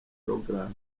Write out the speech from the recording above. program